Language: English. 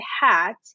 hat